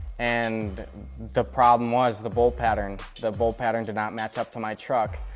and the problem was the bolt pattern. the bolt pattern did not match up to my truck.